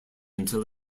until